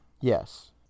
yes